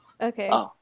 Okay